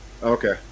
Okay